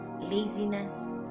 laziness